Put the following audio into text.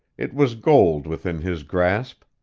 it was gold within his grasp.